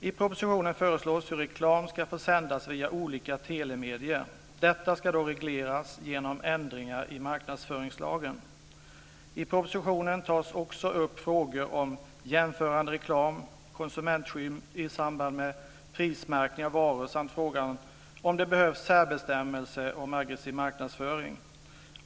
I propositionen föreslås hur reklam ska få sändas via olika telemedier. Detta ska då regleras genom ändringar i marknadsföringslagen. I propositionen tas också upp frågor om jämförande reklam, konsumentskydd i samband med prismärkning av varor samt frågan om det behövs särbestämmelser om aggressiv marknadsföring.